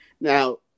Now